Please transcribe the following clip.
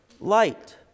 light